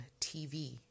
TV